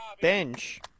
bench